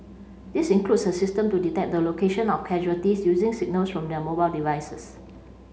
this includes a system to detect the location of casualties using signals from their mobile devices